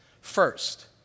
first